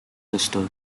sister